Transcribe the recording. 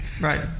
Right